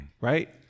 right